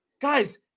guys